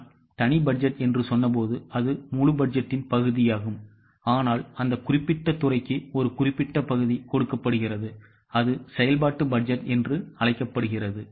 நான் தனி பட்ஜெட் என்று சொன்னபோது அது முழு பட்ஜெட்டின் பகுதியாகும் ஆனால் அந்த குறிப்பிட்ட துறைக்கு ஒரு குறிப்பிட்ட பகுதி கொடுக்கப்படுகிறது அது செயல்பாட்டு பட்ஜெட் என்று அழைக்கப்படுகிறது